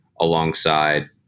alongside